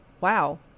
Wow